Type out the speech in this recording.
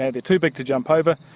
and too big to jump over,